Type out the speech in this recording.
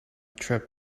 trip